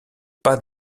pas